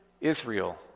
Israel